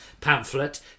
pamphlet